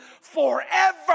forever